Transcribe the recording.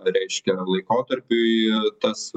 reiškia laikotarpiui tas